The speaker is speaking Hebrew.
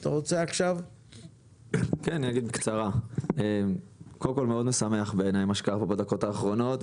אני אדבר בקצרה שקודם כל מאוד משמח בעיניי מה שקרה פה בדקות האחרונות.